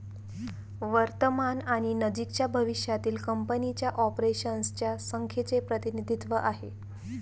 वर्तमान आणि नजीकच्या भविष्यातील कंपनीच्या ऑपरेशन्स च्या संख्येचे प्रतिनिधित्व आहे